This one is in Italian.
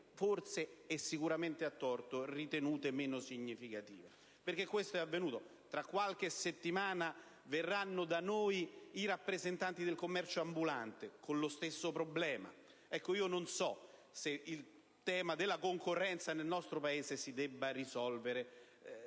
forse - e sicuramente a torto - ritenute meno significative. Questo è infatti avvenuto. Tra qualche settimana verranno da noi i rappresentanti del commercio ambulante, con lo stesso problema. Non so se il tema della concorrenza nel nostro Paese si debba risolvere